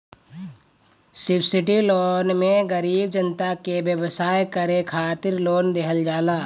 subsidy loan मे गरीब जनता के व्यवसाय करे खातिर लोन देहल जाला